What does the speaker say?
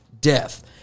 death